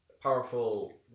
powerful